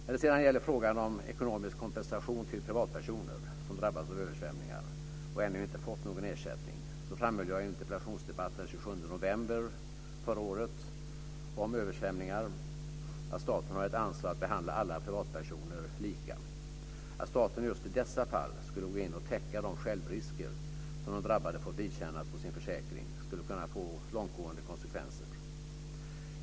När det sedan gäller frågan om ekonomisk kompensation till privatpersoner som drabbats av översvämningar och ännu inte fått någon ersättning framhöll jag i en interpellationsdebatt den 27 november förra året om översvämningar att staten har ett ansvar för att behandla alla privatpersoner lika. Att staten just i dessa fall skulle gå in och täcka de självrisker som de drabbade fått vidkännas på sin försäkring skulle kunna få långtgående konsekvenser.